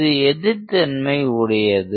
இது எதிர் தன்மை உடையது